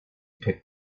picked